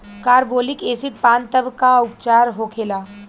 Carbolic acid पान तब का उपचार होखेला?